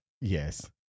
Yes